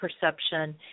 perception